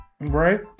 Right